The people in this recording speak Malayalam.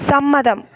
സമ്മതം